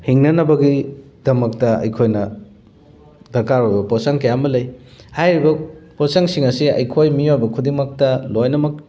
ꯍꯤꯡꯅꯅꯕꯒꯤꯗꯃꯛꯇ ꯑꯩꯈꯣꯏꯅ ꯗꯔꯀꯥꯔ ꯑꯣꯏꯕ ꯄꯣꯠꯆꯪ ꯀꯌꯥ ꯑꯃ ꯂꯩ ꯍꯥꯏꯔꯤꯕ ꯄꯣꯠꯆꯪꯁꯤꯡ ꯑꯁꯤ ꯑꯩꯈꯣꯏ ꯃꯤꯑꯣꯏꯕ ꯈꯨꯗꯤꯡꯃꯛꯇ ꯂꯣꯏꯅꯃꯛ